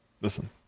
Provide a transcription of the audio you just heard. Listen